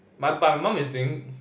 ma~ but my mum is doing